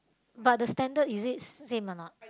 but the standard is it same or not